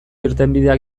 irtenbideak